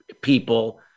people